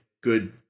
good